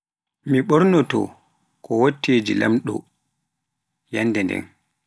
mi ɓoornotoo ko wutteeji laamɗo yannde nden.